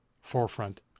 forefront